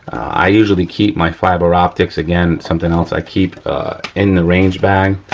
i usually keep my fiber optics again, something else i keep in the range bag.